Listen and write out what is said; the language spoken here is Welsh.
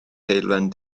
heulwen